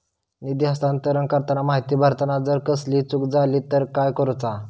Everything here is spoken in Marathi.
निधी हस्तांतरण करताना माहिती भरताना जर कसलीय चूक जाली तर काय करूचा?